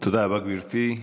תודה רבה, גברתי.